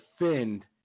defend